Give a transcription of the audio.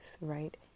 right